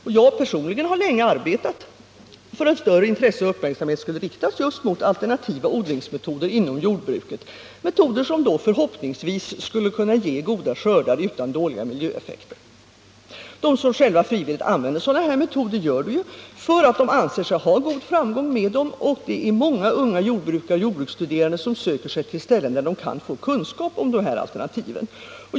Jag har personligen länge arbetat för att större intresse och uppmärksamhet skulle riktas just mot alternativa odlingsmetoder inom jordbruket — metoder som då förhoppningsvis skulle kunna ge goda skördar utan dåliga miljöeffekter. De som själva frivilligt använder sådana metoder gör det ju därför att de anser sig ha god framgång med dem. Det är många unga jordbrukare och jordbruksstuderande som söker sig till ställen där de kan få kunskaper om de här alternativen.